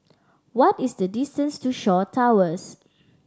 what is the distance to Shaw Towers